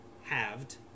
Halved